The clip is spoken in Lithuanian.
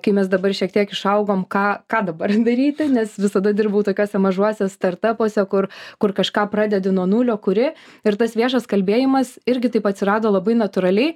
kai mes dabar šiek tiek išaugom ką ką dabar daryti nes visada dirbau tokiuose mažuose startapuose kur kur kažką pradedi nuo nulio kuri ir tas viešas kalbėjimas irgi taip atsirado labai natūraliai